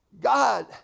God